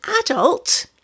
adult